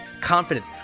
confidence